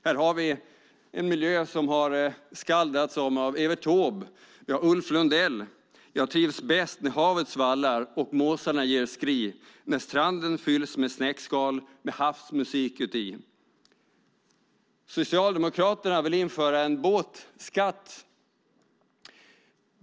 Här har vi en miljö som det har skaldats om av Evert Taube. Och vi har Ulf Lundell: Jag trivs bäst när havet svallar, och måsarna ger skri, när stranden fylls med snäckskal, med havsmusik uti. Socialdemokraterna vill införa en båtskatt.